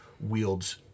wields